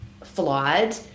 flawed